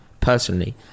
personally